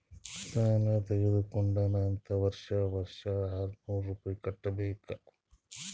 ಸಾಲಾ ತಗೊಂಡಾನ್ ಅಂತ್ ವರ್ಷಾ ವರ್ಷಾ ಆರ್ನೂರ್ ರುಪಾಯಿ ಕಟ್ಟಬೇಕ್